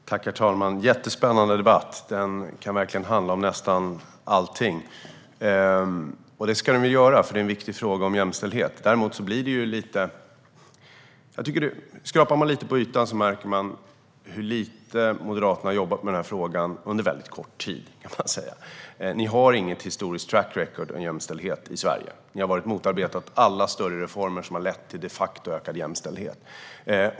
Herr talman! Det här är en jättespännande debatt. Den kan verkligen handla om nästan allting. Och det ska den ju göra, för det här är en viktig fråga om jämställdhet. Däremot märker man, om man skrapar lite på ytan, hur lite Moderaterna har jobbat med den här frågan och under väldigt kort tid. Ni har inget historiskt track record när det gäller jämställdhet i Sverige. Ni har motarbetat alla större reformer som de facto har lett till ökad jämställdhet.